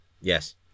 Yes